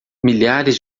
milhares